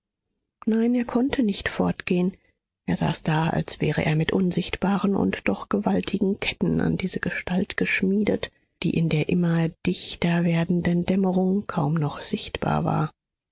nein er konnte nicht fortgehen er saß da als wäre er mit unsichtbaren und doch gewaltigen ketten an diese gestalt geschmiedet die in der immer dichter werdenden dämmerung kaum noch sichtbar war